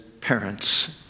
parents